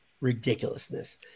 ridiculousness